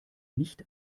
nicht